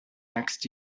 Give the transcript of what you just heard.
next